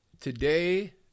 today